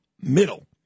middle